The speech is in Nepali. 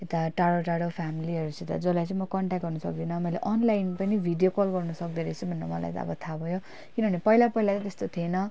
यता टाढो टाढो फेमिलीहरूसित जसलाई चाहिँ म कन्ट्याक्ट गर्नु सक्दिनँ मैले अनलाइन पनि भिडियो कल गर्नु सक्दोरहेछौँ भनेर मलाई चाहिँ अब थाहा भयो किनभने पहिला पहिला त त्यस्तो थिएन